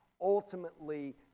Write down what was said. ultimately